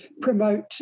promote